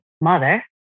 mother